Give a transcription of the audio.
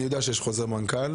אני יודע שיש חוזר מנכ"ל.